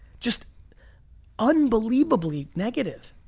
just unbelievably negative.